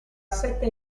sette